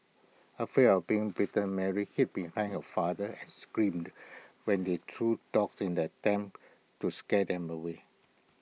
afraid of being bitten Mary hid behind her father and screamed when he threw dogs in the attempt to scare them away